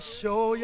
show